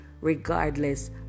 regardless